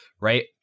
right